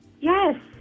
Yes